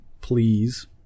Please